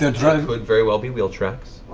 it could very well be wheel tracks.